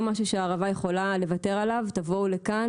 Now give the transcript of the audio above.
משהו שהערבה יכולה לוותר עליו ושנבוא לשם.